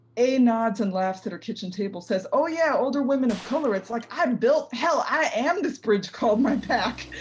a. nods and laughs at her kitchen table, says, oh yeah, older women of color, it's like i built, hell, i am this bridge called my back!